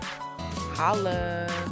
Holla